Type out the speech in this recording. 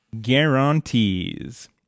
Guarantees